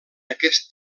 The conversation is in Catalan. aquests